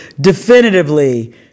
definitively